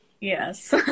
yes